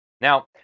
Now